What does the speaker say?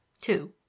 Two